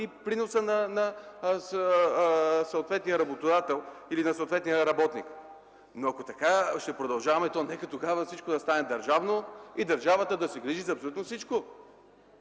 и приноса на съответния работодател или на съответния работник, но ако ще продължаваме така, то нека тогава всичко да стане държавно и държавата да се грижи за абсолютно всичко.